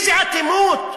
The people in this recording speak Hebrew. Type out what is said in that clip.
איזה אטימות.